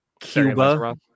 Cuba